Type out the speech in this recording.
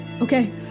Okay